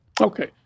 Okay